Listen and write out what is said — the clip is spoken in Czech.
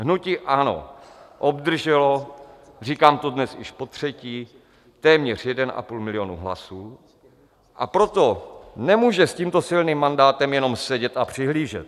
Hnutí ANO obdrželo, říkám to dnes již potřetí, téměř 1,5 milionu hlasů, a proto nemůže s tímto silným mandátem jenom sedět a přihlížet.